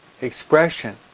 expression